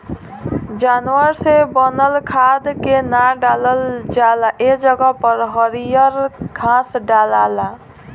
जानवर से बनल खाद के ना डालल जाला ए जगह पर हरियर घास डलाला